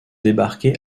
débarqués